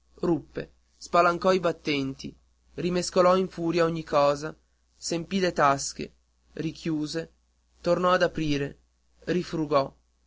ruppe spalancò i battenti rimescolò in furia ogni cosa s'empì le tasche richiuse tornò ad aprire rifrugò